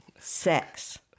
sex